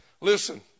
Listen